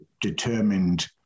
determined